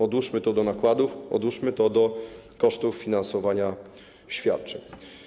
Odłóżmy to do nakładów, odłóżmy to do kosztów finansowania świadczeń.